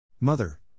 Mother